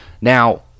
Now